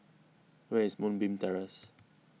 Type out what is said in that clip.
where is Moonbeam Terrace